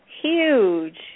huge